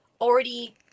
already